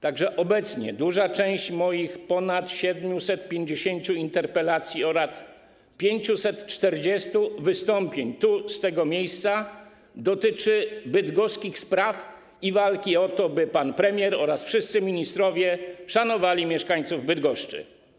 Także obecnie duża część moich ponad 750 interpelacji oraz 540 wystąpień tu, z tego miejsca, dotyczy bydgoskich spraw i walki o to, by pan premier oraz wszyscy ministrowie szanowali mieszkańców Bydgoszczy.